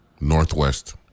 Northwest